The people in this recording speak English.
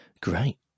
Great